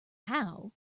how